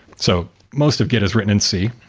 so most of git is written in c.